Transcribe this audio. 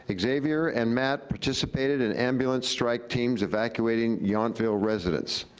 ah xavier and matt participated in ambulance strike teams evacuating yountville residents.